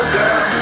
girl